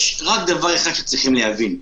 יש רק דבר אחד שצריכים להבין,